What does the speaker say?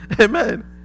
Amen